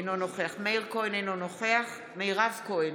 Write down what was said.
אינו נוכח מאיר כהן, אינו נוכח מירב כהן,